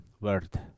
word